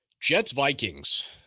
Jets-Vikings